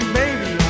baby